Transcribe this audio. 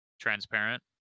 transparent